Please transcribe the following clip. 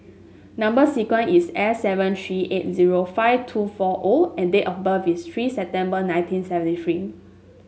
number sequence is S seven three eight zero five two four O and date of birth is three September nineteen seventy three